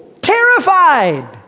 terrified